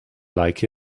like